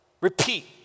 Repeat